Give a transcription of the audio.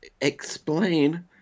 explain